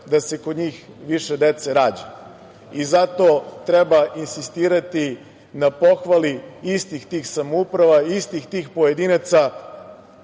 da se kod njih više dece rađa. Zato treba insistirati na pohvali istih tih samouprava i istih tih pojedinaca